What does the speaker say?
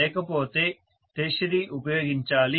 లేకపోతే టెర్షియరీ ఉపయోగించాలి